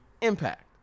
impact